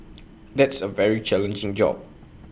that's A very challenging job